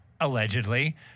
allegedly